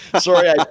Sorry